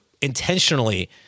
intentionally